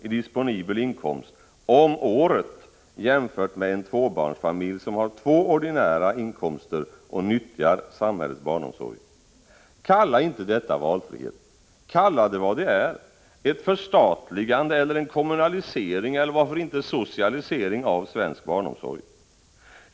i disponibel inkomst om året, jämfört med en tvåbarnsfamilj som har två ordinära inkomster och nyttjar samhällets barnomsorg. Kalla inte detta valfrihet! Kalla det vad det är, ett förstatligande eller en kommunalisering eller varför inte socialisering av svensk barnomsorg.